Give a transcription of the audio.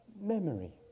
memory